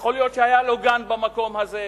יכול להיות שהיה לו גן במקום הזה.